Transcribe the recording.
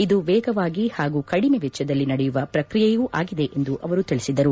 ಇದು ವೇಗವಾಗಿ ಹಾಗೂ ಕಡಿಮೆ ವೆಚ್ವದಲ್ಲಿ ನಡೆಯುವ ಪ್ರಕ್ರಿಯೆಯೂ ಆಗಿದೆ ಎಂದು ಅವರು ತಿಳಿಸಿದರು